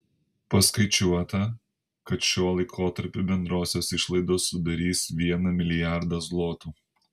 paskaičiuota kad šiuo laikotarpiu bendrosios išlaidos sudarys vieną milijardą zlotų